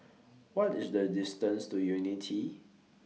What IS The distance to Unity